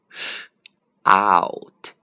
shout